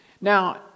Now